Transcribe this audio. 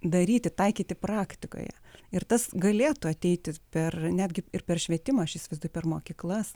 daryti taikyti praktikoje ir tas galėtų ateiti per netgi ir per švietimą aš įsivaizduoju per mokyklas